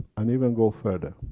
and even go further.